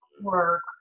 work